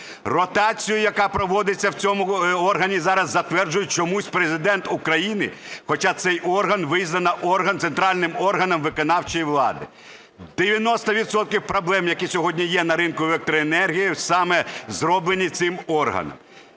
Ротацію, яка проводиться в цьому органі, зараз затверджує чомусь Президент України, хоча цей орган визнано центральним органом виконавчої влади. 90 відсотків проблем, які сьогодні є на ринку електроенергії, саме зроблені цим органом.